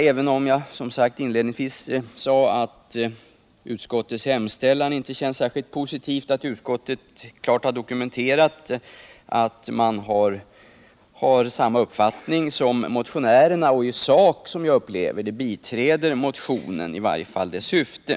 Även om jag inledningsvis sade att utskottets hemställan inte känns särskilt positiv kan jag konstatera att utskottet klart har dokumenterat samma uppfattning som motionärerna och i sak biträder motionen, i varje fall dess syfte.